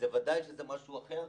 היושב ראש,